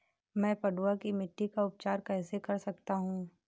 मैं पडुआ की मिट्टी का उपचार कैसे कर सकता हूँ?